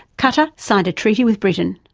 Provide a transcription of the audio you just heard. qatar signed a treaty with britain.